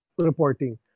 reporting